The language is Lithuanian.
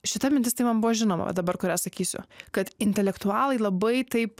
šita mintis tai man buvo žinoma dabar kurią sakysiu kad intelektualai labai taip